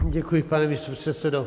Děkuji, pane místopředsedo.